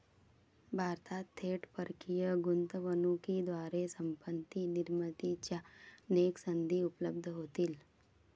भारतात थेट परकीय गुंतवणुकीद्वारे संपत्ती निर्मितीच्या अनेक संधी उपलब्ध होतील